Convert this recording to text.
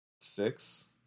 Six